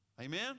Amen